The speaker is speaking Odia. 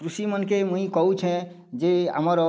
କୃଷି ମାନଙ୍କେ ମୁଈଁ କହୁଚେ ଯେ ଆମର